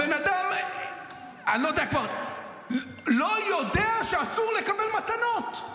הבן אדם לא יודע שאסור לקבל מתנות.